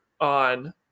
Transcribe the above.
on